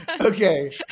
Okay